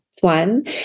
one